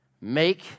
make